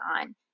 on